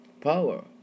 power